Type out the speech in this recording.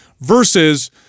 versus –